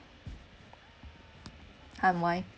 um why